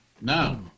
No